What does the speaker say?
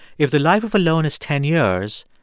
if the life of a loan is ten years,